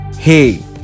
Hey